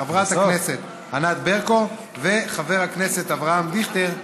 חברת הכנסת ענת ברקו וחבר הכנסת אבי דיכטר,